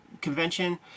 convention